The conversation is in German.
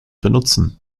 benutzen